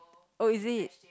oh is it